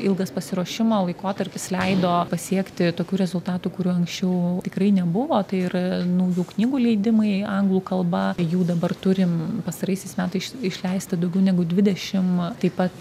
ilgas pasiruošimo laikotarpis leido pasiekti tokių rezultatų kurių anksčiau tikrai nebuvo tai ir naujų knygų leidimai anglų kalba jų dabar turim pastaraisiais metais išleista daugiau negu dvidešimt taip pat